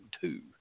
two